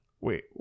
Wait